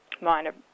minor